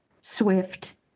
swift